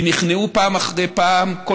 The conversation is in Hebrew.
כי נכנעו ללחצים פעם אחרי פעם,